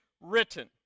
written